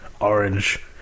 orange